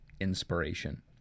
inspiration